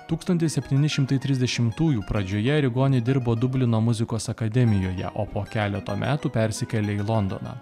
tūkstantis septyni šimtai trisdešimtųjų pradžioje arigoni dirbo dublino muzikos akademijoje o po keleto metų persikėlė į londoną